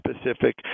specific